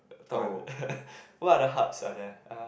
talk un~ what other hubs are there uh